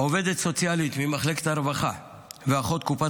עובדת סוציאלית ממחלקת הרווחה ואחות קופת